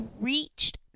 reached